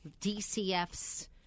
DCF's